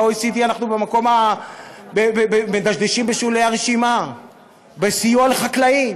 ב-OECD אנחנו מדשדשים בשולי הרשימה בסיוע לחקלאים.